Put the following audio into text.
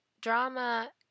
drama